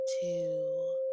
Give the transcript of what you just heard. two